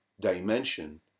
dimension